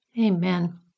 Amen